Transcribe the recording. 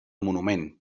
monument